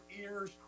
ears